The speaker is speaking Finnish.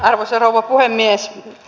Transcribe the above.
arvoisa rouva puhemies